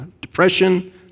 depression